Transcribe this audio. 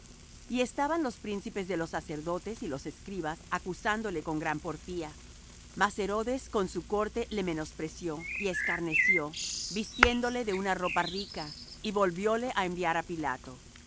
y estaban los príncipes de los sacerdotes y los escribas acusándole con gran porfía mas herodes con su corte le menospreció y escarneció vistiéndole de una ropa rica y volvióle á enviar á pilato